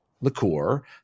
liqueur